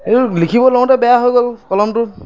এইটো লিখিব লওঁতেই বেয়া হৈ গ'ল কলমটো